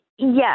Yes